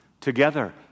Together